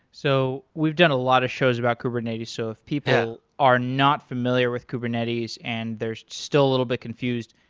so we've done a lot of shows about kubernetes, so if people are not familiar with kubernetes and they're still little bit confused,